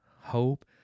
hope